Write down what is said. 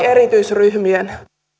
erityisryhmien